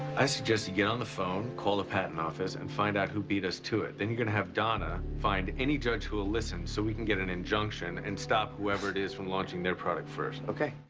i suggest you get on the phone, call the patent office, and find out who beat us to it. then you're gonna have donna find any judge who will listen so we can get an injunction and stop whoever it is from launching their product first. okay.